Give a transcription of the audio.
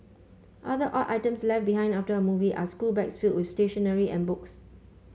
other odd items left behind after a movie are schoolbags filled with stationery and books